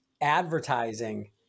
advertising